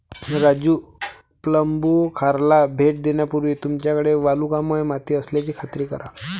राजू प्लंबूखाराला भेट देण्यापूर्वी तुमच्याकडे वालुकामय माती असल्याची खात्री करा